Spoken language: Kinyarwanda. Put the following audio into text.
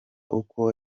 uko